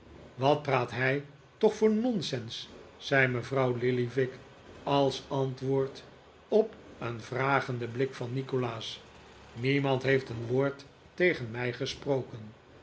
wat praat hij toch voor nonsens zei mevrouw lillyvick als antwoord op een vragenden blik van nikolaas niemand heeft een woord tegen mij gesproken